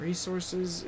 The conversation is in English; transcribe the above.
Resources